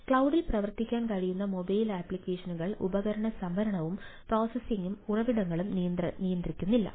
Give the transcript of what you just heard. ക്ലൌഡിൽ പ്രവർത്തിക്കാൻ കഴിയുന്ന മൊബൈൽ അപ്ലിക്കേഷനുകൾ ഉപകരണ സംഭരണവും പ്രോസസ്സിംഗ് ഉറവിടങ്ങളും നിയന്ത്രിക്കുന്നില്ല